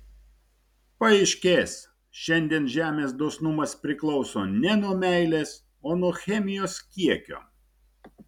paaiškės šiandien žemės dosnumas priklauso ne nuo meilės o nuo chemijos kiekio